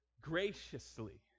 graciously